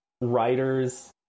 writers